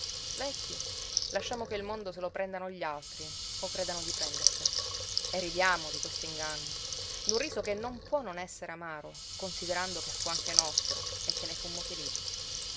vecchi lasciamo che il mondo se lo prendano gli altri o credano di prenderselo e ridiamo di questo inganno d'un riso che non può non essere amaro considerando che fu anche nostro e che ne fummo felici